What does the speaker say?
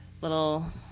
little